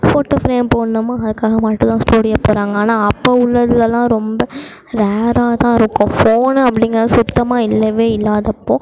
photo frame போடணுமா அதுக்காக மட்டும் தான் ஸ்டூடியோ போகிறாங்க ஆனால் அப்போது உள்ளதுலலாம் ரொம்ப ரேராக தான் இருக்கும் ஃபோனு அப்படிங்கிறது சுத்தமாக இல்லவே இல்லாதப்போ